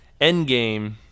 Endgame